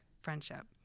friendship